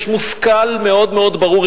יש מושכל מאוד מאוד ברור.